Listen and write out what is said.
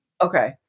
Okay